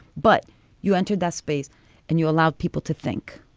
but you enter that space and you allowed people to think,